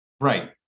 right